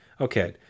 Okay